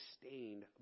sustained